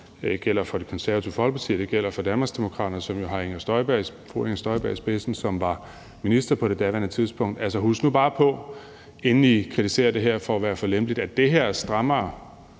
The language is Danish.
Alliance, Det Konservative Folkeparti og Danmarksdemokraterne, som jo har fru Inger Støjberg i spidsen, som var minister på daværende tidspunkt – husk nu bare på, inden I kritiserer det her for at være for lempeligt, at det her er strammere